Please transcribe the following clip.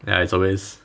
ya it's always